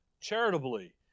Charitably